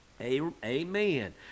Amen